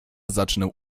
zacznę